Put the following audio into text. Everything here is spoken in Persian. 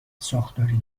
ساختاری